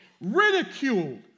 ridiculed